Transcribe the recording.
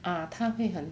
ah 它会很